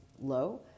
low